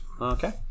Okay